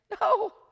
no